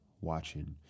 watching